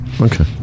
Okay